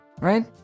Right